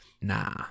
Nah